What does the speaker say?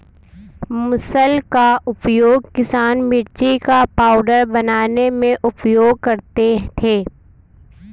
मुसल का उपयोग किसान मिर्ची का पाउडर बनाने में उपयोग करते थे